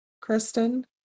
Kristen